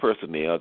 personnel